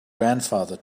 grandfather